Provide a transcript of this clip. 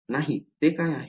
नाही ते काय आहे